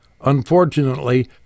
Unfortunately